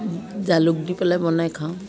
জালুক দি পেলাই বনাই খাওঁ